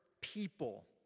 people